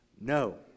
No